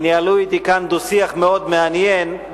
שניהלו אתי כאן דו-שיח מאוד מעניין,